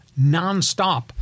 nonstop